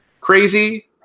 crazy